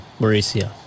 Mauricio